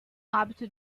hábito